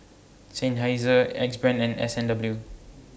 Seinheiser Axe Brand and S and W